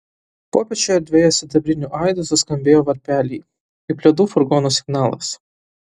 popiečio erdvėje sidabriniu aidu suskambėjo varpeliai kaip ledų furgono signalas